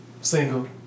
single